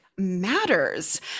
matters